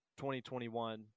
2021